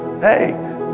hey